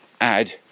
add